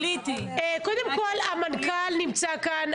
קודם כל המנכ"ל נמצא כאן,